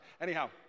Anyhow